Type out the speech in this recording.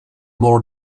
more